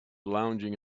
lounging